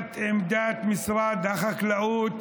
לקבלת עמדת משרד החקלאות